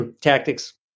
tactics